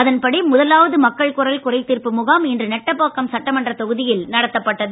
அதன்படி முதலாவது மக்கள் குரல் குறை தீர்ப்பு முகாம் இன்று நெட்டபாக்கம் சட்டமன்ற தொகுதியில் நடத்தப்பட்டது